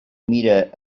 mire